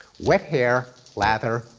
wet hair, lather,